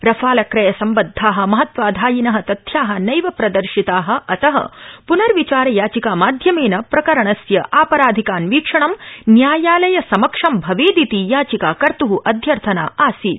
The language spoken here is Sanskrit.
रफाल क्रय सम्बदधाः महत्वाधायिन तथ्या नैव प्रदर्शिता अतः प्नर्विचार याचिकामाध्यमेन प्रकरणस्य आपराधिकान्वीक्षणं न्यायालयसमक्षं भवेदिति याचिकाकर्त् अध्यर्थना आसीत्